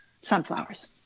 Sunflowers